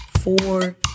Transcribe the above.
four